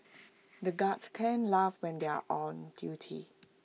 the guards can't laugh when they are on duty